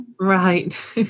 right